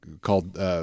called